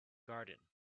garden